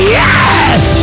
yes